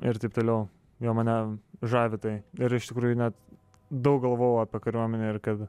ir taip toliau jo mane žavi tai ir iš tikrųjų net daug galvojau apie kariuomenę ir kad